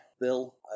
bill